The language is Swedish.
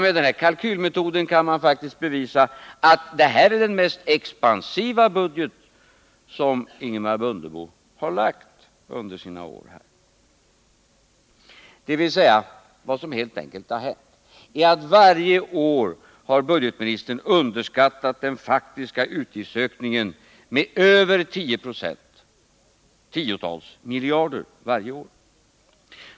Med den här kalkylmetoden kan man faktiskt bevisa att årets budget är den mest expansiva budget som Ingemar Mundebo har lagt fram under sina år här i riksdagen. Vad som hänt är helt enkelt att budgetministern varje år har underskattat den faktiska utgiftsökningen med över 10 70, dvs. med tiotals miljarder kronor varje år.